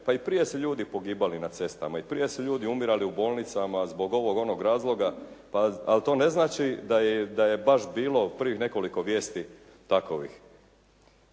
Pa i prije su ljudi pogibali na cestama, i prije su ljudi umirali u bolnicama zbog ovog, onog razloga pa, ali to ne znači da je baš bilo prvih nekoliko vijesti takovih.